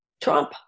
Trump